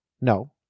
No